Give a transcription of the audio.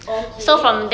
okay